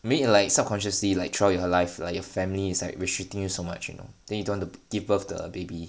make you like subconsciously like throughout your life like your family is like restricting you so much you know then you don't want to give birth to a baby